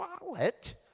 wallet